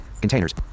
containers